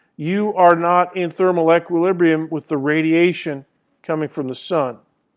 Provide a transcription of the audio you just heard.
you are not in thermal equilibrium with the radiation coming from the sun.